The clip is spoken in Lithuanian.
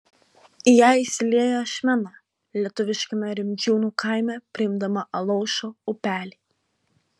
į ją įsilieja ašmena lietuviškame rimdžiūnų kaime priimdama alaušo upelį